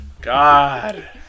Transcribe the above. God